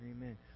amen